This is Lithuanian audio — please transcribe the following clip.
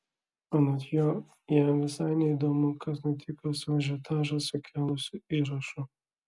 anot jo jam visai neįdomu kas nutiko su ažiotažą sukėlusiu įrašu